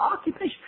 occupation